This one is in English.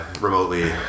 remotely